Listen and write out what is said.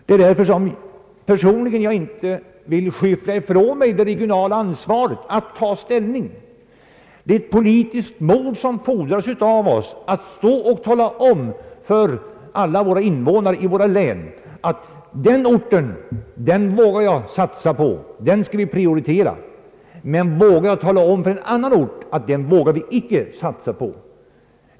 Det är därför som jag personligen inte har velat skyffla ifrån mig det regionala ansvaret att ta ställning, dvs. visa det politiska mod som fordras av oss att tala om för alla invånare i våra län att den och den orten vågar jag satsa på och prioritera men också att våga tala om sanningen för en ort som man inte anser sig kunna satsa på.